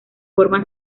forma